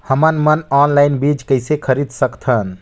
हमन मन ऑनलाइन बीज किसे खरीद सकथन?